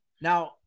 Now